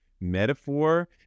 metaphor